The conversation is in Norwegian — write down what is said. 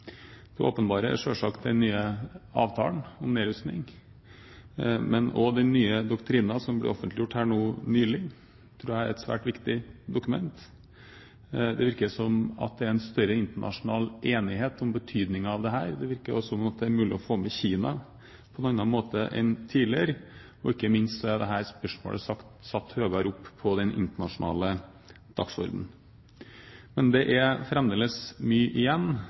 Det åpenbare er selvsagt den nye avtalen om nedrustning, men også den nye doktrinen som ble offentliggjort nylig, tror jeg er et svært viktig dokument. Det virker som om det er en større internasjonal enighet om betydningen av dette. Det virker også som om det er mulig å få med Kina på en annen måte enn tidligere, og ikke minst er dette spørsmålet satt høyere opp på den internasjonale dagsordenen. Men det er fremdeles mye igjen.